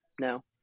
No